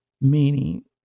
meaning